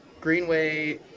Greenway